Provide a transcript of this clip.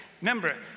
remember